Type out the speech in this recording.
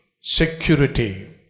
Security